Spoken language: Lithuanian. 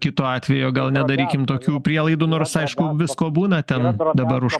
kito atvejo gal nedarykim tokių prielaidų nors aišku visko būna ten atrodo dabar už